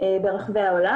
ברחבי העולם.